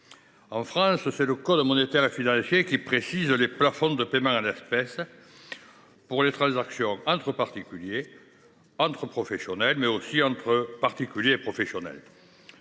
En France, le code monétaire et financier précise les plafonds de paiements en espèces pour les transactions entre particuliers, entre professionnels, mais aussi entre particuliers et professionnels.